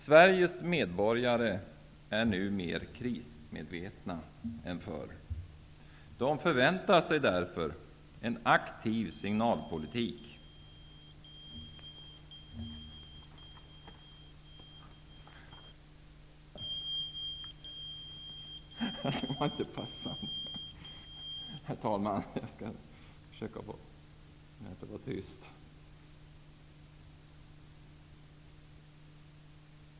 Sveriges medborgare är nu mer krismedvetna än förr. De förväntar sig därför en aktiv ''signalpo litik''.